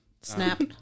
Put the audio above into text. Snap